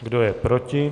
Kdo je proti?